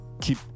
keep